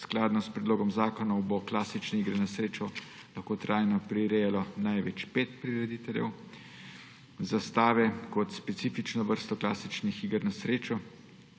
skladno s predlogom zakona bo klasične igre na srečo lahko trajno prirejalo največ pet prirediteljev, za stave kot specifično vrsto klasičnih iger na srečo